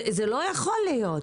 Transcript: זה לא יכול להיות.